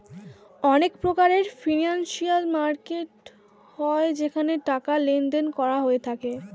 অনেক প্রকারের financial market হয় যেখানে টাকার লেনদেন করা হয়ে থাকে